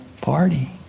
party